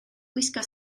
gwisgo